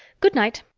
good-night.